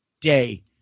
day